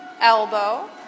elbow